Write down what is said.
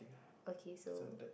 okay so